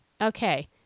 Okay